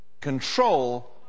control